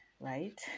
right